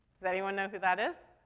does anyone know who that is?